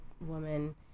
woman